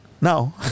no